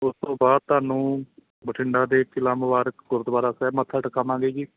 ਉਸ ਤੋਂ ਬਾਅਦ ਤੁਹਾਨੂੰ ਬਠਿੰਡਾ ਦੇ ਕਿਲ੍ਹਾ ਮੁਬਾਰਕ ਗੁਰਦੁਆਰਾ ਸਾਹਿਬ ਮੱਥਾ ਟਿਕਾਵਾਂਗੇ ਜੀ